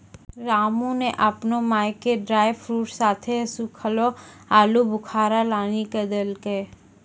रामू नॅ आपनो माय के ड्रायफ्रूट साथं सूखलो आलूबुखारा लानी क देलकै